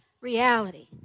reality